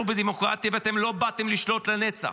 אנחנו בדמוקרטיה, ואתם לא באתם לשלוט לנצח.